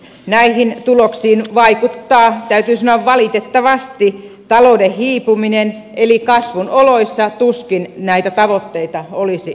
näihin tuloksiin vaikuttaa täytyy sanoa valitettavasti talouden hiipuminen eli kasvun oloissa tuskin näitä tavoitteita olisi saavutettu